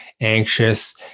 anxious